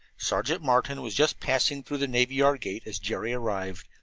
sergeant martin was just passing through the navy yard gate as jerry arrived,